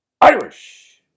Irish